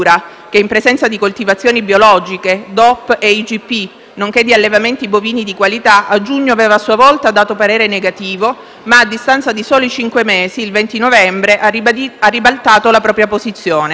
che, in presenza di coltivazioni biologiche, DOP e IGP, nonché di allevamenti bovini di qualità, a giugno aveva a sua volta dato parere negativo, ma a distanza di soli cinque mesi, il 20 novembre, ha ribaltato la propria posizione.